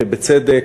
ובצדק.